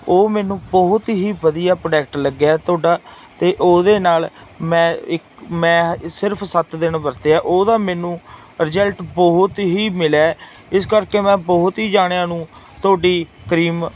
ਉਹ ਮੈਨੂੰ ਬਹੁਤ ਹੀ ਵਧੀਆ ਪ੍ਰੋਡਕਟ ਲੱਗਿਆ ਤੁਹਾਡਾ ਅਤੇ ਉਹਦੇ ਨਾਲ ਮੈਂ ਇਕ ਮੈਂ ਸਿਰਫ਼ ਸੱਤ ਦਿਨ ਵਰਤਿਆ ਉਹਦਾ ਮੈਨੂੰ ਰਿਜਲਟ ਬਹੁਤ ਹੀ ਮਿਲਿਆ ਇਸ ਕਰਕੇ ਮੈਂ ਬਹੁਤ ਹੀ ਜਣਿਆਂ ਨੂੰ ਤੁਹਾਡੀ ਕਰੀਮ